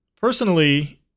Personally